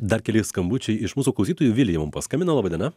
dar keli skambučiai iš mūsų klausytojų vilija mum paskambino laba diena